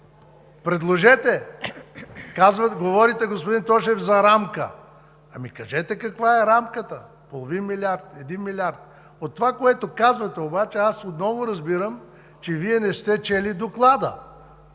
предложете, говорите, господин Тошев, за рамка! Кажете каква е рамката – половин милиард, един милиард? От това, което казвате обаче, аз отново разбирам, че Вие не сте чели Доклада.